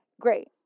Great